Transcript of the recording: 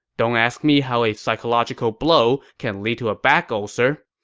don't ask me how a psychological blow can lead to a back ulcer.